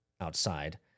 outside